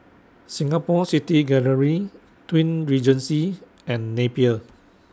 Singapore City Gallery Twin Regency and Napier